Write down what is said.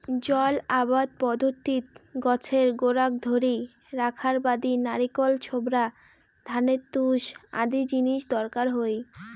জল আবাদ পদ্ধতিত গছের গোড়াক ধরি রাখার বাদি নারিকল ছোবড়া, ধানের তুষ আদি জিনিস দরকার হই